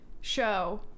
show